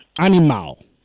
Animal